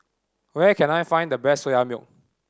where can I find the best Soya Milk